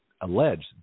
alleged